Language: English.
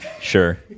sure